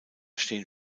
stehen